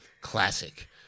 classic